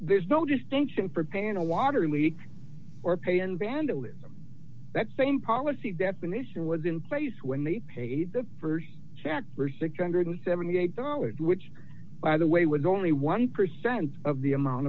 there's no distinction for paying a water leak or paying vandalism that same policy definition was in place when they paid the st chance for a six hundred and seventy eight dollars which by the way was only one percent of the amount